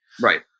Right